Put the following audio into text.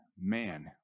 man